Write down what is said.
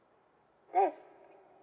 that's